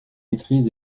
maîtrise